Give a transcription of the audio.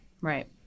right